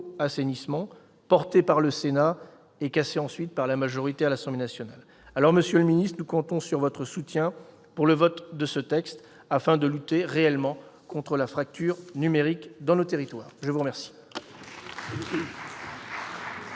assainissement portée par le Sénat et cassée ensuite par la majorité à l'Assemblée nationale. Monsieur le secrétaire d'État, nous comptons sur votre soutien pour le vote de ce texte afin de lutter réellement contre la fracture numérique dans nos territoires. Très bien